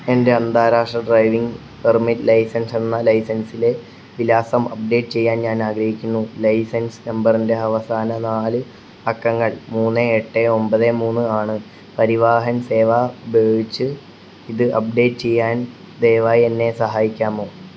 എൻ്റെ അന്താരാഷ്ട്ര driving permit licence എന്ന ലൈസൻസിലെ വിലാസം അപ്ഡേറ്റ് ചെയ്യാൻ ഞാൻ ആഗ്രഹിക്കുന്നു ലൈസൻസ് നമ്പറിൻ്റെ അവസാന നാല് അക്കങ്ങൾ മൂന്ന് എട്ട് ഒമ്പത് മൂന്ന് ആണ് പരിവാഹൻ സേവ ഉപയോയിച്ച് ഇത് അപ്ഡേറ്റ് ചെയ്യാൻ ദയവായി എന്നെ സഹായിക്കാമോ